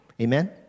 Amen